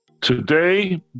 Today